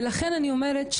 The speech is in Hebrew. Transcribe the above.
ולכן אני אומרת,